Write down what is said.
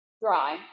dry